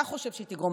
אתה חושב שהיא תגרום,